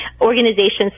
organizations